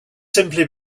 simply